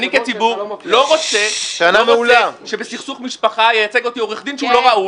אני כציבור לא רוצה שבסכסוך משפחה ייצג אותי עורך דין שהוא לא ראוי.